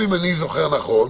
אם אני זוכר נכון,